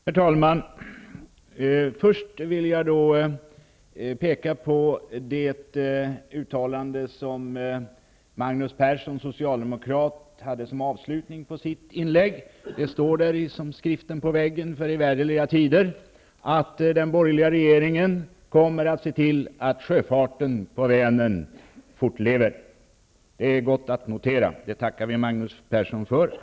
Herr talman! Först vill jag peka på det uttalande som Magnus Persson, socialdemokrat, hade som avslutning i sitt inlägg. Det står där som skriften på väggen för evärderliga tider att den borgerliga regeringen kommer att se till att sjöfarten på Vänern fortlever. Det är gott att notera. Det tackar vi Magnus Persson för.